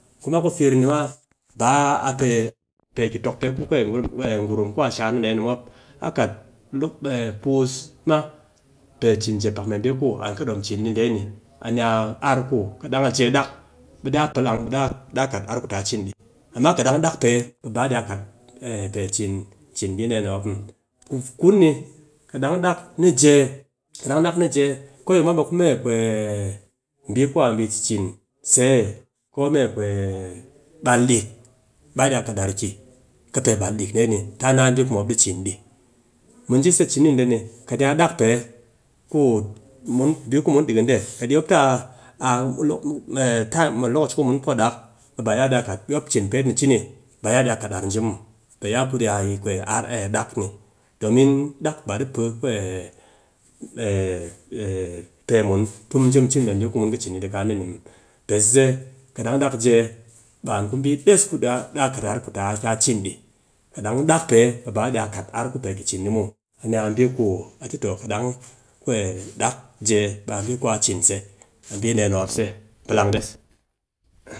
Kuma baa pe, pe ki tokpe ku gurum ku a shaar na dee ni mop a kat puus mop pe cin jep mee bii ku an kɨ dom cin ni dee ni, a ni a ar ku kat dang a she dak be daa kat ar ku ta cin di amma kat dang dak pe ɓe ba iya kaat pe cin, cin bii dee ni mop muw. Ku kun ni kat dang ni jee, ko yi mop a ku mee bii ku a bii ci cin se, ko mee bal dik, ɓe a iya kat ar ki pe bal dik dee ni taa naa bii ku mop dɨ cin dɨ. Mu ji se cini dee ni kat ya dak pee ku, bii ku mun dikin dee, kat yi mop te a time mɨ lokaci ku mun po dak ɓe ya iya kat, yi mop cin pet ni cini ba ya iya kat ar ji muw pe ya kudi yi ar dak ku, domin dak ba di pe pe ku tɨ, mu ji mu ci mee bii ku mun kɨ ci ni kaa dee ni muw. Pe sɨse kat dang dak jee ɓe an ku des ku daa dom pe taa cin di. kat dang dakn pe ba iya kat ar ku pe ki ci ni muw. A ni bii ku a tɨ to kat dang dak jee ɓe a ni a bii ku a cin se, a bii dee mop se, mu plang des